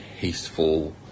hasteful